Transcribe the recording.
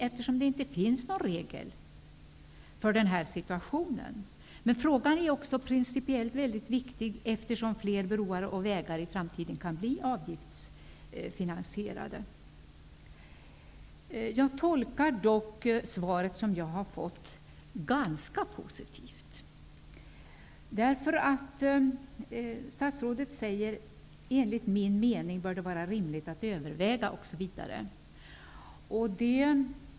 Det finns ju inte någon regel för den här situationen. Frågan är också principiellt väldigt viktig, eftersom fler broar och vägar i framtiden kan bli avgiftsfinansierade. Jag tolkar dock det svar som jag har fått som ganska positivt. Statsrådet säger att det enligt hans mening bör vara rimligt att överväga osv.